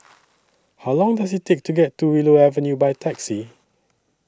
How Long Does IT Take to get to Willow Avenue By Taxi